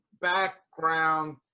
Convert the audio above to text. background